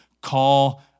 call